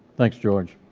thanks george.